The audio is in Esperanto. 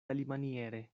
alimaniere